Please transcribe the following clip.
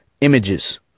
images